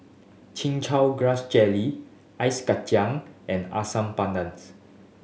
Chin Chow Grass Jelly Ice Kachang and asam